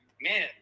man